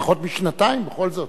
פחות משנתיים, בכל זאת.